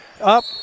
Up